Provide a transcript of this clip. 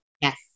Yes